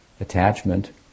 Attachment